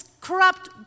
corrupt